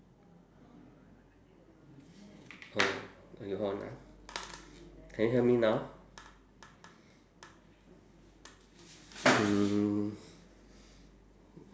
oh okay hold on ah can you hear me now mm